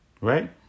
Right